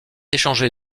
échangé